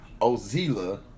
Ozila